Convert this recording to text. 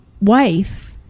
wife